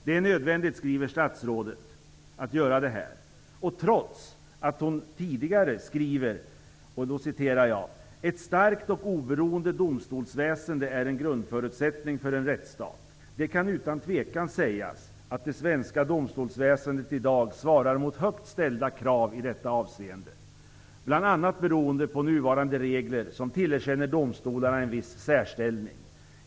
Det är nödvändigt, skriver statsrådet, att göra detta, detta trots att hon tidigare skrivit: Ett starkt och oberoende domstolsväsende är en grundförutsättning för en rättsstat. Det kan utan tvekan sägas att det svenska domstolsväsendet i dag svarar mot högt ställda krav i detta avseende, bl.a. beroende på nuvarande regler som tillerkänner domstolarna en viss särställning.